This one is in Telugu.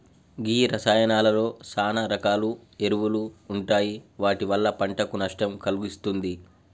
గీ రసాయానాలలో సాన రకాల ఎరువులు ఉంటాయి వాటి వల్ల పంటకు నష్టం కలిగిస్తుంది